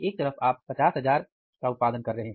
एक तरफ आप 50000 का उत्पादन कर रहे हैं